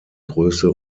größe